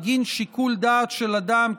בגין שיקול דעת של אדם,